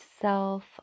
self